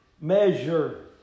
measure